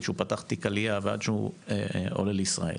שהוא פתח תיק עלייה ועד שהוא עולה לישראל.